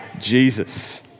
Jesus